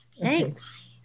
Thanks